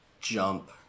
jump